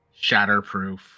shatterproof